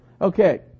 Okay